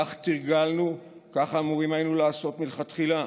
כך תרגלנו, כך אמורים היינו לעשות מלכתחילה,